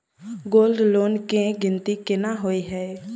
Gold loan केँ गिनती केना होइ हय?